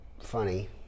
funny